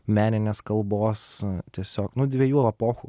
meninės kalbos tiesiog nu dviejų epochų